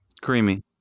Creamy